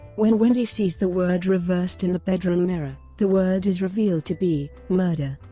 when wendy sees the word reversed in the bedroom mirror, the word is revealed to be murder.